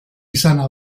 izana